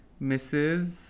Mrs